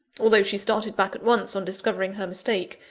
although she started back at once, on discovering her mistake,